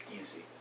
Easy